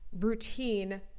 routine